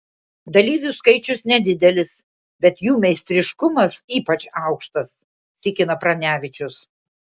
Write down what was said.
dalyvių skaičius nedidelis bet jų meistriškumas ypač aukštas tikina pranevičius